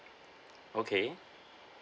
okay